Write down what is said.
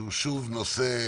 שהוא שוב נושא